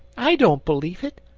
i don't believe it.